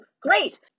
great